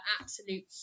absolute